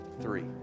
three